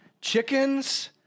chickens